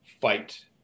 fight